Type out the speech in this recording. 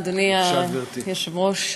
אדוני היושב-ראש,